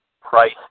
price